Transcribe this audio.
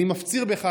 אני מפציר בך,